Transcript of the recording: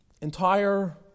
entire